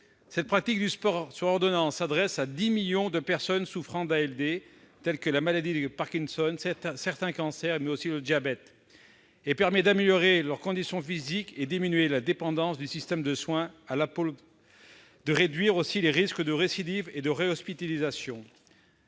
Cette pratique du « sport sur ordonnance » concerne 10 millions de personnes souffrant d'ALD telles que la maladie de Parkinson, certains cancers, le diabète, etc. Elle permet d'améliorer leur condition physique, de diminuer la dépendance du système de soin à l'allopathie, de réduire les risques de récidive et de réhospitalisation.